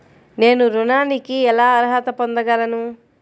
నేను ఋణానికి ఎలా అర్హత పొందగలను?